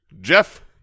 Jeff